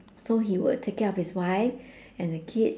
so he will take care of his wife and the kids